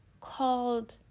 called